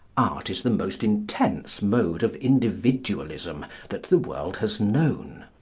art is the most intense mode of individualism that the world has known.